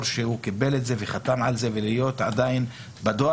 שהוא קיבל את זה וחתם על זה ולהיות עדין בדואר.